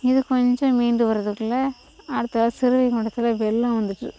இது கொஞ்சம் மீண்டு வர்றதுக்குள்ளே அடுத்து சிறுவைகுண்டத்தில் வெள்ளம் வந்துட்டு